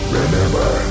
remember